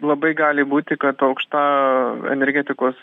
labai gali būti kad aukšta energetikos